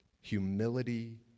humility